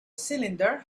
cylinder